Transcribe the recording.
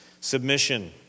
submission